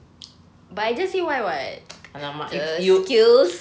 but I just said why [what] thus